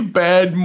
bad